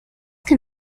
can